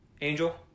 Angel